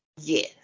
Yes